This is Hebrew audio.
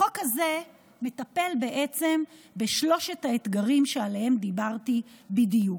החוק הזה מטפל בשלושת האתגרים שעליהם דיברתי בדיוק.